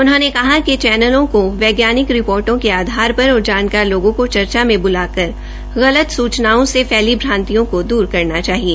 उन्होंने कहा कि चक्रलों को वक्रानिकों रिपोर्टो के आधार पर और जानकार लोगों को चर्चा में ब्लाकर गलत सूचनाओं से फ़्ली भांतियों को दूर करना चाहिए